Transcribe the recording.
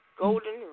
Golden